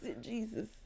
Jesus